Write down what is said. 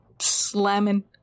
Slamming